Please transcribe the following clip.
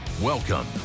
Welcome